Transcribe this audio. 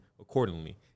accordingly